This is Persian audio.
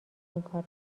اینکار